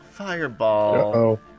Fireball